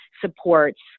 supports